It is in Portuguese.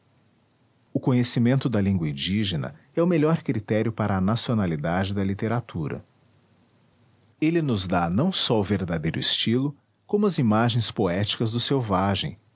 o conhecimento da língua indígena é o melhor critério para a nacionalidade da literatura ele nos dá não só o verdadeiro estilo como as imagens poéticas do selvagem